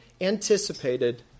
anticipated